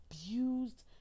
abused